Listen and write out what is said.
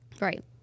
Right